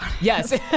Yes